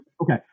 Okay